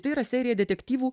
tai yra serija detektyvų